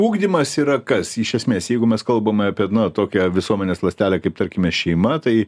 ugdymas yra kas iš esmės jeigu mes kalbame apie tokią visuomenės ląstelę kaip tarkime šeima tai